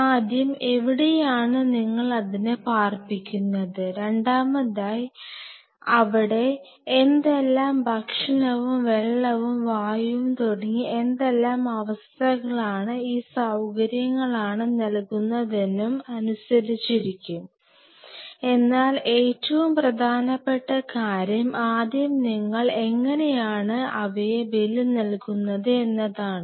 ആദ്യം എവിടെയാണ് നിങ്ങൾ അതിനെ പാർപ്പിക്കുന്നത് രണ്ടാമതായി അവിടെ എന്തെല്ലാം ഭക്ഷണവും വെള്ളവും വായുവും തുടങ്ങി എന്തെല്ലാം അവസ്ഥകളാണ് ഈ സൌകര്യങ്ങലാണ് നൽകുന്നതെന്നും അനുസരിച്ചിരിക്കും എന്നാൽ ഏറ്റവും പ്രധാനപ്പെട്ട കാര്യം ആദ്യം നിങ്ങൾ എങ്ങനെയാണ് ആണ് അവയെ ബലി നൽകുന്നത് എന്നതാണ്